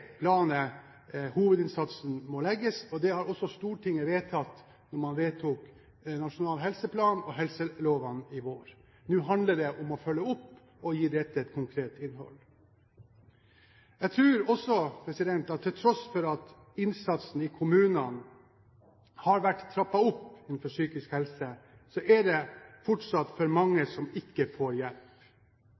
hovedinnsatsen må legges. Det har også Stortinget vedtatt da man vedtok Nasjonal helseplan og helselovene i vår. Nå handler det om å følge opp og å gi dette et konkret innhold. Jeg tror også at til tross for at innsatsen i kommunene har vært trappet opp innenfor psykisk helse, er det fortsatt for mange som ikke får hjelp.